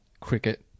cricket